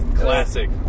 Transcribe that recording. Classic